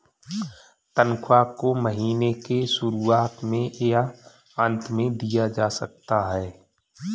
तन्ख्वाह को महीने के शुरुआत में या अन्त में दिया जा सकता है